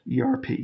ERP